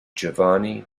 giovanni